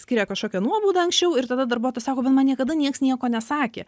skiria kažkokią nuobaudą anksčiau ir tada darbuotojas sako bet man niekada nieks nieko nesakė